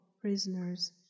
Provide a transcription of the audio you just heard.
prisoners